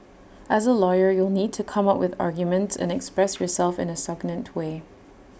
as A lawyer you'll need to come up with arguments and express yourself in A succinct way